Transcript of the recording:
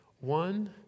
One